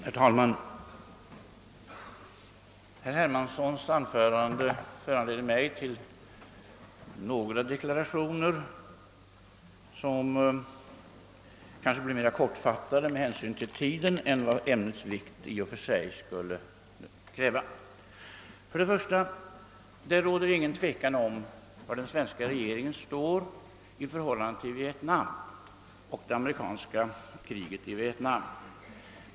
Herr talman! Herr Hermanssons anförande föranleder mig att göra några deklarationer som kanske med hänsyn till tiden blir mera kortfattade än ämnets vikt i och för sig skulle kräva. För det första vill jag säga att det inte råder någon tvekan om var den svenska regeringen står i förhållande till Vietnam och det amerikanska kriget där.